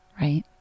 right